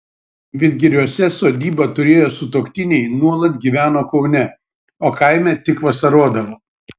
vidgiriuose sodybą turėję sutuoktiniai nuolat gyveno kaune o kaime tik vasarodavo